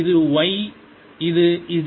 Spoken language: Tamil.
இது y இது z